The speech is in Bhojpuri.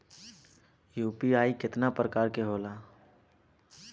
यू.पी.आई केतना प्रकार के होला?